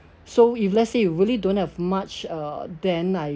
so if let's say you really don't have much uh then I